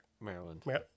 Maryland